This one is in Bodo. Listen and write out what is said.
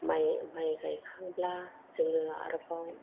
माइ गायखांब्ला जोङो आरोबाव